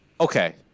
Okay